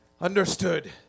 Understood